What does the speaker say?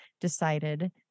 decided